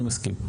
אני מסכים.